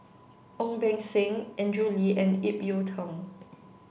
Ong Beng Seng Andrew Lee and Ip Yiu Tung